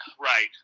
right